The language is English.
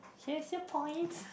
here's your point